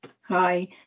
Hi